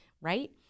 right